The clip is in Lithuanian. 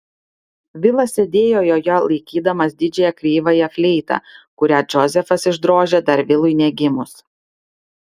vilas sėdėjo joje laikydamas didžiąją kreivąją fleitą kurią džozefas išdrožė dar vilui negimus